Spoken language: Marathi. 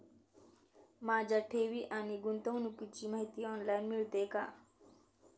माझ्या ठेवी आणि गुंतवणुकीची माहिती ऑनलाइन मिळेल का?